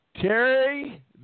Terry